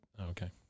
Okay